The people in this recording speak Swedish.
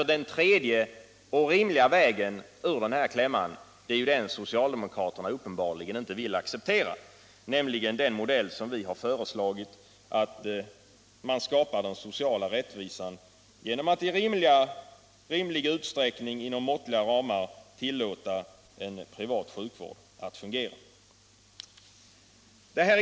Den tredje och rimliga vägen ur den här klämman vill socialdemokraterna uppenbarligen inte acceptera, nämligen att skapa den sociala rättvisan genom att i rimlig utsträckning och inom måttliga ramar tillåta en privat sjukvård att fungera.